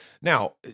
Now